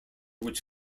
which